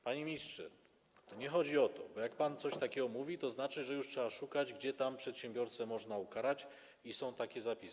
Panie ministrze, nie chodzi o to, bo jak pan coś takiego mówi, to znaczy, że już trzeba szukać, gdzie tam przedsiębiorcę można ukarać, i są takie zapisy.